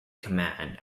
command